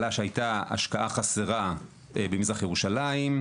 עלה שהיתה השקעה חסרה במזרח ירושלים,